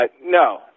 no